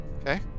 Okay